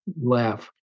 laugh